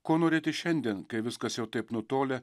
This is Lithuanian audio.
ko norėti šiandien kai viskas jau taip nutolę